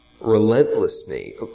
relentlessly